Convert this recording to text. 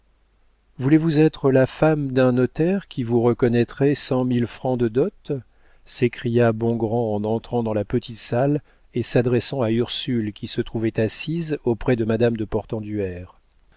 voulez-vous être la femme d'un notaire qui vous reconnaîtrait cent mille francs de dot s'écria bongrand en entrant dans la petite salle et s'adressant à ursule qui se trouvait assise auprès de madame de